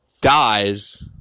dies